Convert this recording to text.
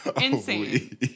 insane